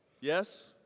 Yes